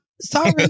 Sorry